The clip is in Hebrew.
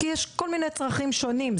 כי יש כל מיני צרכים שונים,